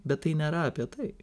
bet tai nėra apie tai